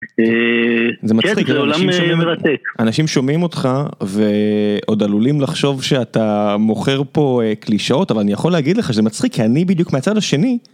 זה מצחיק. כן זה עולם מרתק. אנשים שומעים אותך ועוד עלולים לחשוב שאתה מוכר פה קלישאות, אבל אני יכול להגיד לך זה מצחיק כי אני בדיוק מצד השני.